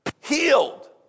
Healed